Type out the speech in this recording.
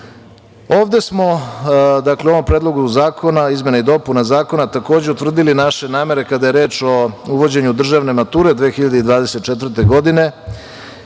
Ovde smo, u ovom predlogu zakona izmena i dopuna zakona takođe utvrdili naše namere kada je reč o uvođenju državne mature 2024. godine